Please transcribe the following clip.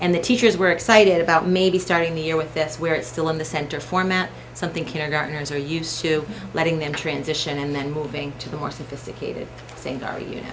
and the teachers were excited about maybe starting the year with this where it's still in the center format something characters are used to letting them transition and then moving to the more sophisticated saying are you